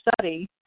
study